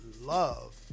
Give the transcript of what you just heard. love